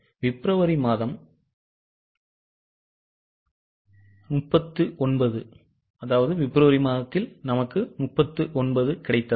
பிப்ரவரி மாதம் இல் 39 கிடைத்ததா